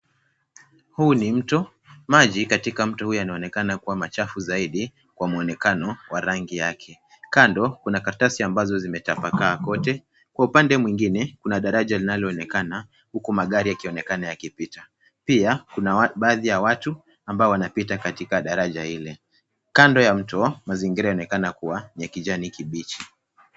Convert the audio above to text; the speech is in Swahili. Huu ni mto. Maji katika mto huu yanaonekana kuwa machafu zaidi kwa mwonekano wa rangi yake. Kando kuna karatasi ambazo zimetapakaa kote. Kwa upande mwingine kuna daraja linaloonekana huku magari yakionekana yakipita. Pia kuna baadhi ya watu ambao wanapita katika daraja hili. Kando ya mto mazingira yanaonekana kuwa ya kijani kibichi.